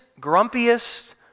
grumpiest